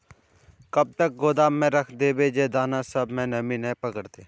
कब तक गोदाम में रख देबे जे दाना सब में नमी नय पकड़ते?